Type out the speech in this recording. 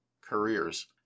careers